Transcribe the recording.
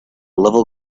level